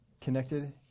connected